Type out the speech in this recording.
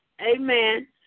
amen